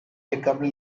become